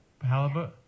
Halibut